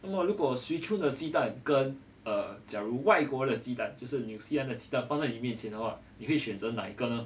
那么如果 swee choon 的鸡蛋跟 err 假如外国的鸡蛋就是纽西兰的鸡蛋放在你面前的话你会选择哪一个呢